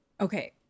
okay